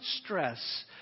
stress